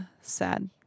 sad